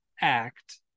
act